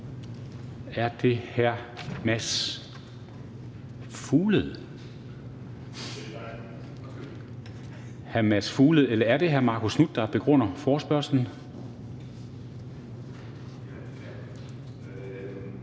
Er det hr. Mads Fuglede, eller er det hr. Marcus Knuth, der begrunder forespørgslen?